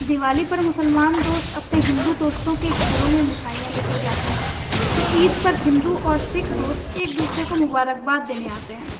دیوالی پر مسلمان دوست اپنے ہندو دوستوں کے گھروں میں مٹھائیاں لے کر جاتے ہیں تو عید پر ہندو اور سکھ دوست ایک دوسرے کو مبارک باد دینے آتے ہیں